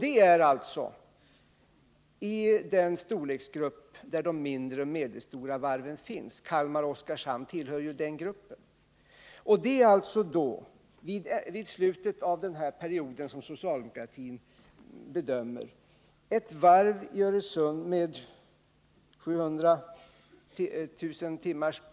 Det är i den storleksgruppen de mindre och medelstora varven finns. Enligt socialdemokratins bedömningar kommer Öresundsvarvet vid slutet av den här perioden att ha en kapacitet på 700 000 timmar.